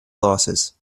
losses